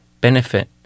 benefit